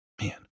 Man